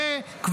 ואגב,